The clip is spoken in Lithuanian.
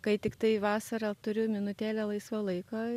kai tiktai vasarą turiu minutėlę laisvo laiko